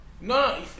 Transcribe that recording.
No